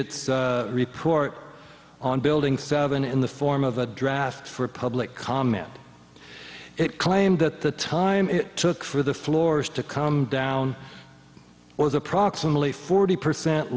its report on building seven in the form of a draft for public comment it claimed that the time it took for the floors to come down was approximately forty percent